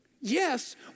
Yes